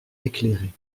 éclairé